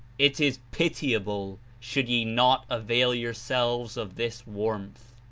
it is pitiable should ye not avail yourselves of this warmth.